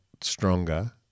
stronger